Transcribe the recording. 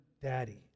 Daddy